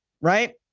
right